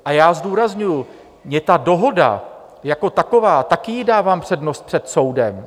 A já zdůrazňuji, mě ta dohoda jako taková, také jí dávám přednost před soudem.